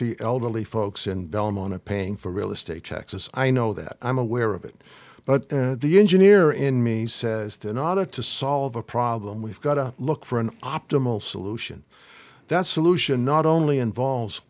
the elderly folks in belmont to paying for real estate taxes i know that i'm aware of it but the engineer in me says the nod to solve a problem we've got to look for an optimal solution that solution not only involves